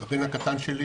הבן הקטן שלי